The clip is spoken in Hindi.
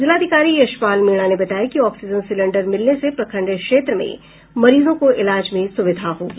जिलाधिकारी यशपाल मीणा ने बताया कि ऑक्सीजन सिलेंडर मिलने से प्रखंड क्षेत्र में मरीजों को इलाज में सुविधा होगी